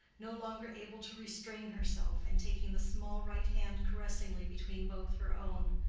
no longer able to restrain herself, and taking the small right hand caressingly between both her own.